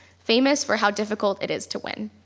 famous for how difficult it is to win.